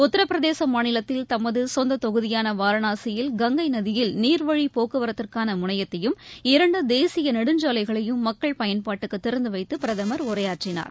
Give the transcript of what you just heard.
உத்திரபிரதேசமாநிலத்தில் தமதுசொந்ததொகுதியானவாரணாசியில் கங்கைநதியில் நீர்வழிப் போக்குவரத்திற்கானமுனையத்தையும் இரண்டுதேசியநெடுஞ்சாலைகளையும் மக்கள் பயன்பாட்டுக்குதிறந்துவைத்துபிரதமர் உரையாற்றினார்